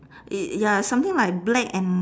it ya something like black and